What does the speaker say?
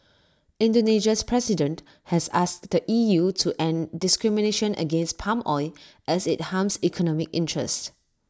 Indonesia's president has asked the E U to end discrimination against palm oil as IT harms economic interests